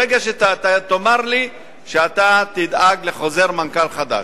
ברגע שתאמר לי שאתה תדאג לחוזר מנכ"ל חדש.